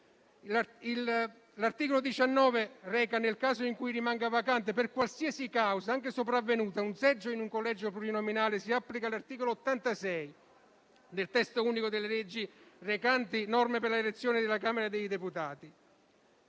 L'articolo 19 statuisce che, nel caso in cui rimanga vacante, per qualsiasi causa, anche sopravvenuta, un seggio in un collegio plurinominale, si applica l'articolo 86 del testo unico delle leggi recanti norme per l'elezione della Camera dei deputati.